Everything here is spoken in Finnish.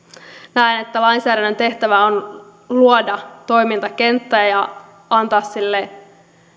näen että lainsäädännön tehtävä on luoda toimintakenttää ja antaa sille